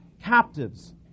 captives